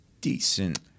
decent